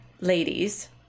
ladies